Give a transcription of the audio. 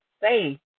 say